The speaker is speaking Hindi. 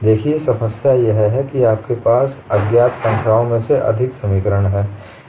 देखिए समस्या यह है कि आपके पास अज्ञात संख्याओं से अधिक समीकरण हैं